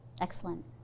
excellent